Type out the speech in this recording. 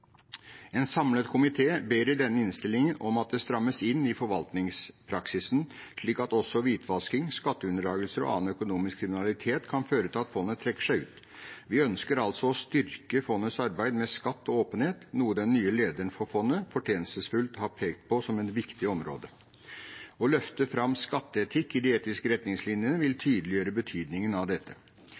En samlet komité ber i denne innstillingen om at det strammes inn i forvaltningspraksisen slik at også hvitvasking, skatteunndragelser og annen økonomisk kriminalitet kan føre til at fondet trekker seg ut. Vi ønsker å styrke fondets arbeid med skatt og åpenhet, noe den nye lederen av fondet fortjenestefullt har pekt på som et viktig område. Å løfte fram skatteetikk i de etiske retningslinjene vil tydeliggjøre betydningen av dette.